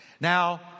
Now